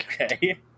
Okay